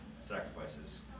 sacrifices